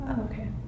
okay